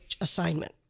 assignment